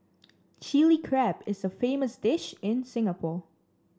Chilli Crab is a famous dish in Singapore